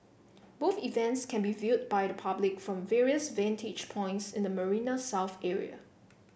both events can be viewed by the public from various vantage points in the Marina South area